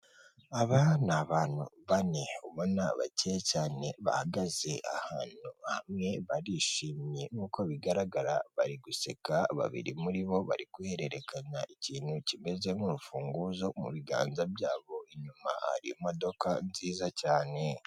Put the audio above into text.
Aba ni abantu bane ubona bakeye cyane, bahagaze ahantu hamwe barishimye, nk'uko bigaragara bari guseka babiri muri bo bari guhererekanya ikintu kimeze nk'urufunguzo mu biganza byabo. Inyuma hari imodoka nziza cyane.